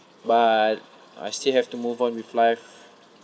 but I still have to move on with life